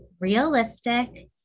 realistic